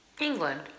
England